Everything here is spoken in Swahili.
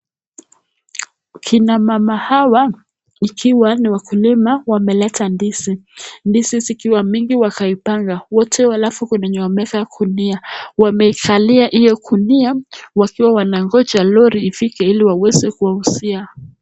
Kina mama hawa wakiwa ni wakulima wameleta ndizi, ndizi zikiwa mingi wameipanga wote, alafu kuna wenye wameweza gunia, wamevalia gunia ile wakiwa wanangoja lori ifike iliwaweze kuwauzia.